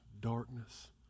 darkness